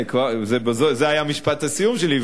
זה היה משפט הסיום שלי.